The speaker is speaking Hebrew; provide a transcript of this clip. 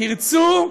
תרצו,